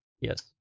Yes